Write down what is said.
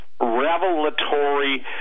revelatory